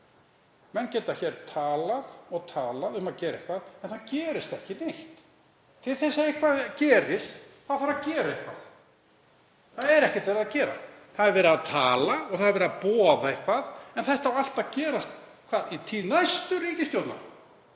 Menn geta talað og talað um að gera eitthvað en það gerist ekki neitt. Til að eitthvað gerist þarf að gera eitthvað. En það er ekkert verið að gera. Verið er að tala og verið er að boða eitthvað. En þetta á allt að gerast hvenær? Í tíð næstu ríkisstjórnar?